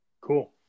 Cool